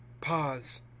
pause